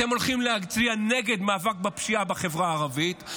אתם הולכים להצביע נגד מאבק בפשיעה בחברה הערבית,